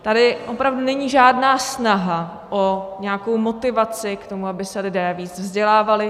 Tady opravdu není žádná snaha o nějakou motivaci k tomu, aby se lidé víc vzdělávali;